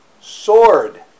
sword